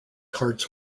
cards